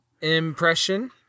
Impression